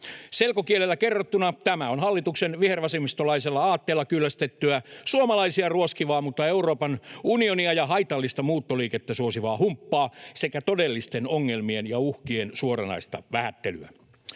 Selkokielellä kerrottuna tämä on hallituksen vihervasemmistolaisella aatteella kyllästettyä suomalaisia ruoskivaa mutta Euroopan unionia ja haitallista muuttoliikettä suosivaa humppaa sekä todellisten ongelmien ja uhkien suoranaista vähättelyä.